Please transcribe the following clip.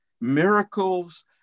miracles